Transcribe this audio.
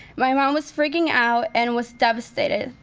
my mom was freaking out and was devastated.